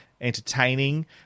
entertaining